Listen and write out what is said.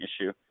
issue